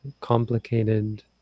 complicated